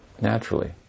naturally